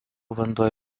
vanduo